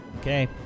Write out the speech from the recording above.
Okay